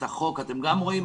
את החוק אתם גם רואים.